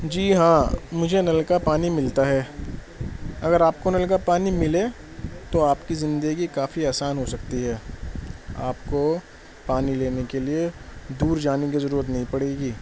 جی ہاں مجھے نل کا پانی ملتا ہے اگر آپ کو نل کا پانی ملے تو آپ کی زندگی کافی آسان ہو سکتی ہے آپ کو پانی لینے کے لیے دور جانے کی ضرورت نہیں پڑے گی